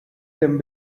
them